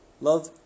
Love